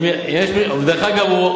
דרך אגב,